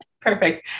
Perfect